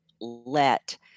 let